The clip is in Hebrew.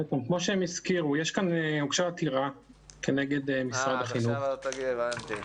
כמו שהם הזכירו, הוגשה עתירה כנגד משרד החינוך